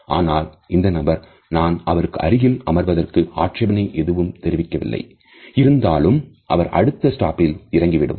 ஆனால் இந்த நபர் நான் அவரருகில் அமர்வதற்கு ஆட்சேபனை எதுவும் தெரிவிக்கவில்லை இருந்தாலும் அவர் அடுத்த ஸ்டாப்பில் இறங்கி விட்டார்